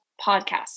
podcast